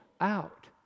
out